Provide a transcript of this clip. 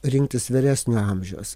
rinktis vyresnio amžiaus